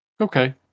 Okay